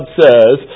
says